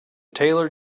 taylor